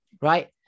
right